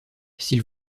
s’il